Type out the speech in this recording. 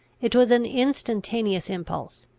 it was an instantaneous impulse,